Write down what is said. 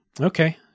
Okay